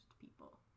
people